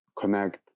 connect